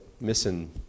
missing